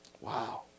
Wow